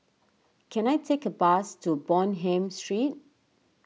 can I take a bus to Bonham Street